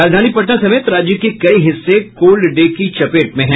राजधानी पटना समेत राज्य के कई हिस्से कोल्ड डे की चपेट में है